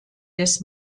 des